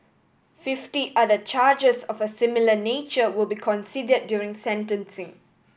fifty other charges of a similar nature will be considered during sentencing